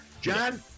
John